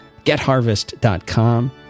getharvest.com